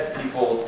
people